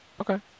Okay